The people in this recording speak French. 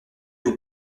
vous